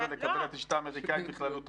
מה זה לקבל את השיטה האמריקאית בכללותה?